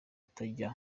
utajya